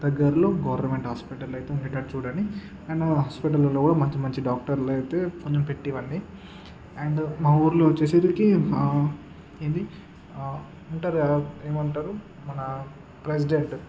దగ్గరలో government hospital అయితే ఉండేటట్టు చూడండి అండ్ ఆ హాస్పిటల్లో ఉండే వాళ్ళు కూడా మంచి మంచి డాక్టర్లనయితే కొంచెం పెట్టివ్వండి అండ్ మా ఊర్లో వచ్చేసరికి ఏమి ఉంటారు కదా ఏమంటారు మన ప్రెసిడెంట్